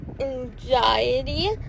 anxiety